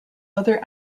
other